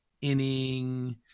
inning